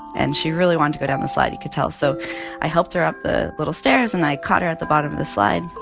and she really wanted to go down the slide. you could tell. so i helped her up the little stairs, and i caught her at the bottom of the slide.